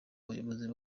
abayobozi